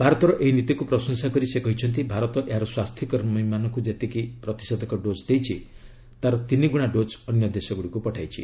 ଭାରତର ଏହି ନୀତିକୁ ପ୍ରଶଂସା କରି ସେ କହିଛନ୍ତି ଭାରତ ଏହାର ସ୍ୱାସ୍ଥ୍ୟକର୍ମୀମାନଙ୍କୁ ଯେତିକି ପ୍ରତିଷେଧକ ଡୋଜ୍ ଦେଇଛି ତାର ତିନି ଗୁଣା ଡୋଜ୍ ଅନ୍ୟ ଦେଶଗୁଡ଼ିକୁ ପଠାଇଛି